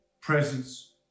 presence